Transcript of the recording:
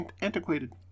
antiquated